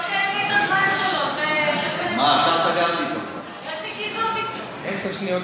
אני אספר מה שילמתם לבית היהודי תמורת,